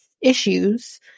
issues